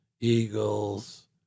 Eagles